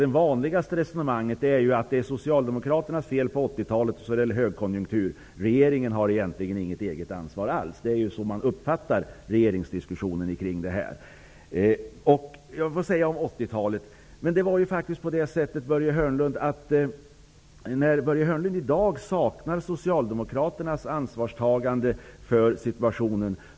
Det vanligaste resonemanget går ut på att det var Socialdemokraternas fel på 1980-talet då det rådde högkonjunktur. Regeringen har egentligen inget eget ansvar alls. Det är så man uppfattar regeringsdiskussionen i den här frågan. Börje Hörnlund saknar i dag Socialdemokraternas ansvarstagande i den här situationen.